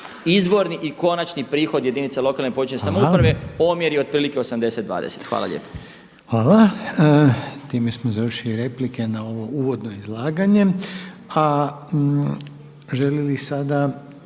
izvorni i konačni prihod jedinice lokalne i područne samouprave omjer je otprilike 80:20. Hvala lijepo. **Reiner, Željko (HDZ)** Hvala. Time smo završili replike na ovo uvodno izlaganje. Žele li sada